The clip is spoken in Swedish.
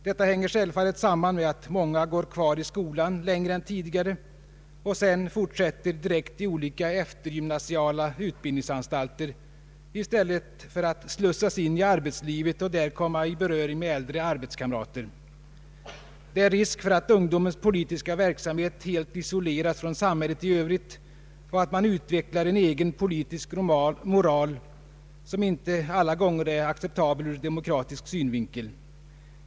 Detta hänger självfallet samman med att många går kvar i skolan längre än tidigare och sedan fortsätter direkt i olika eftergymnasiala utbildningsanstalter i stället för att slussas in i arbetslivet och där komma i kontakt med äldre arbetskamrater. Det är risk för att ungdomens politiska verksamhet helt isoleras från samhället i övrigt och att man utvecklar en egen politisk moral, som inte alla gånger är acceptabel ur demokratisk synpunkt.